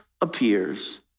appears